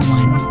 one